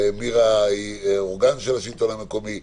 ומירה היא אורגן של השלטון המקומי,